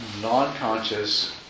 non-conscious